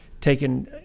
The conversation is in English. taken